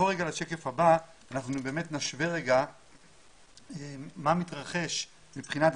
אנחנו נשווה מה מתרחש מבחינת